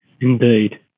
Indeed